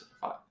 five